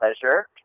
pleasure